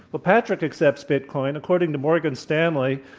well, patrick accepts bitcoin. according to morgan stanley.